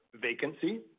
vacancy